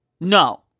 No